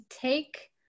take